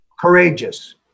Courageous